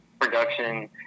production